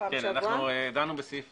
דנו בסעיף